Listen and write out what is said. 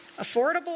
affordable